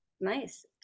Nice